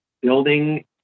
building